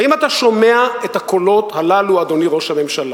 האם אתה שומע את הקולות הללו, אדוני ראש הממשלה?